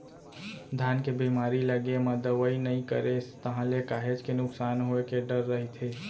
धान के बेमारी लगे म दवई नइ करेस ताहले काहेच के नुकसान होय के डर रहिथे